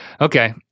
Okay